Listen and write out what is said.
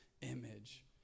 image